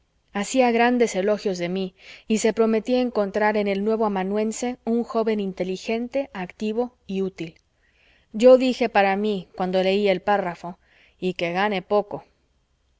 hacía grandes elogios de mí y se prometía encontrar en el nuevo amanuense un joven inteligente activo y útil yo dije para mí cuando leí el párrafo y que gane poco